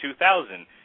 2000